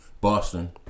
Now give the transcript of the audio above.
Boston